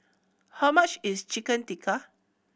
how much is Chicken Tikka